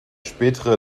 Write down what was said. spätere